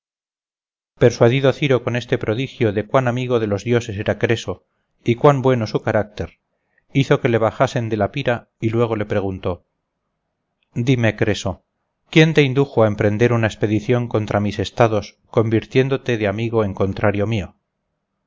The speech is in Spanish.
persuadido ciro por este prodigio de cuán amigo de los dioses era creso y cuán bueno su carácter hizo que le bajasen de la pira y luego le preguntó dime creso quién te indujo a emprender una expedición contra mis estados convirtiéndote de amigo en contrario mío